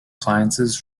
sciences